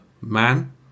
man